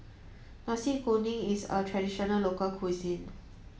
Nasi Kuning is a traditional local cuisine